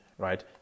Right